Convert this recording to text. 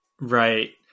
Right